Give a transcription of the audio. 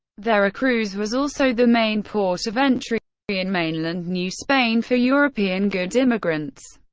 veracruz was also the main port of entry in mainland new spain for european goods, immigrants,